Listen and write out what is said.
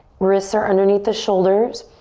wrists are underneath the shoulders.